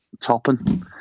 topping